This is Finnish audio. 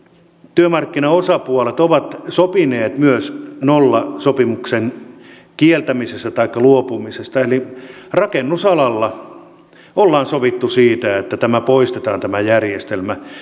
työmarkkinaosapuolet ovat sopineet myös nollasopimuksen kieltämisestä taikka siitä luopumisesta eli rakennusalalla ollaan sovittu siitä että tämä järjestelmä poistetaan